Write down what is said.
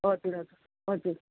हजुर हजुर हजुर